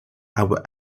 our